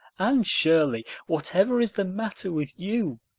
anne shirley, whatever is the matter with you?